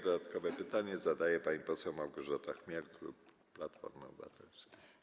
Dodatkowe pytanie zadaje pani poseł Małgorzata Chmiel, klub Platforma Obywatelska.